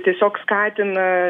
tiesiog skatina